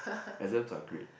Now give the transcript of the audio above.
exams are great